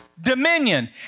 Dominion